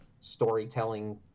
storytelling